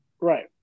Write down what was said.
right